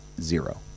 zero